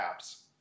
apps